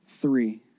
three